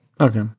okay